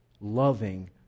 loving